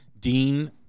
Dean